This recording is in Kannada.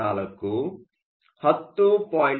4 10